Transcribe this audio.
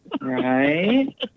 Right